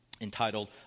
entitled